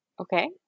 Okay